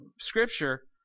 scripture